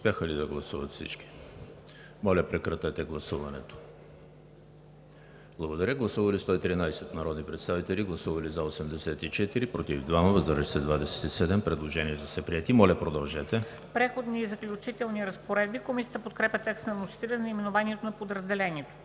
„Преходни и заключителни разпоредби“. Комисията подкрепя текста на вносителя за наименованието на подразделението.